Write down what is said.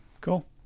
cool